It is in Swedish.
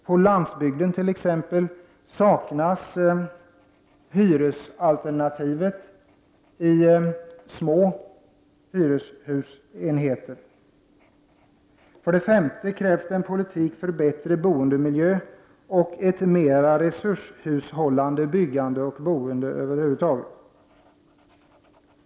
På landsbygden saknas t.ex. hyresalternativet i små hyreshusenheter. För det femte krävs en politik för bättre boendemiljö och ett mera resurshushållande byggande och boende över huvud taget.